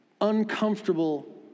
uncomfortable